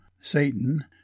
Satan